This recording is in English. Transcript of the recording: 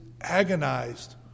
agonized